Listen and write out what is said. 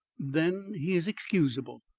then he is excusable.